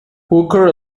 hooker